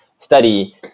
study